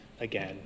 again